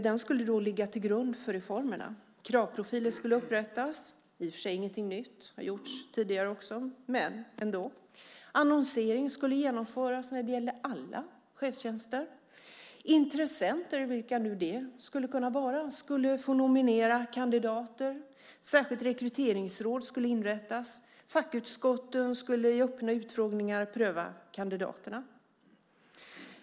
Den skulle ligga till grund för reformerna. Kravprofiler skulle upprättas. Det är i och för sig inget nytt, det har gjorts tidigare - men ändå. Annonsering skulle genomföras när det gäller alla chefstjänster. Intressenter - vilka nu de skulle vara - skulle få nominera kandidater. Ett särskilt rekryteringsråd skulle inrättas. Fackutskotten skulle i öppna utfrågningar pröva kandidaterna.